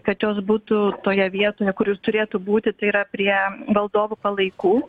kad jos būtų toje vietoje kur jos turėtų būti tai yra prie valdovų palaikų